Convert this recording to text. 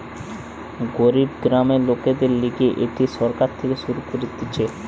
গরিব গ্রামের লোকদের লিগে এটি সরকার থেকে শুরু করতিছে